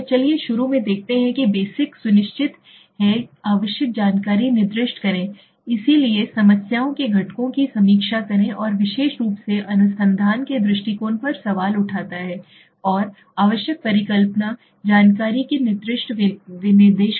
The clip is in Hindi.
तो चलिए शुरू में देखते हैं कि बेसिक सुनिश्चित है कि आवश्यक जानकारी निर्दिष्ट करें इसलिए समस्याओं के घटकों की समीक्षा करें और विशेष रूप से अनुसंधान के दृष्टिकोण पर सवाल उठाता हैऔर आवश्यक परिकल्पना जानकारी के निर्दिष्ट विनिर्देश